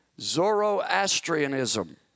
Zoroastrianism